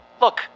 Look